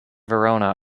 verona